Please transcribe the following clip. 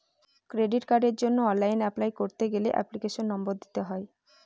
credit কার্ডের জন্য online apply করতে গেলে এপ্লিকেশনের নম্বর দিতে হয়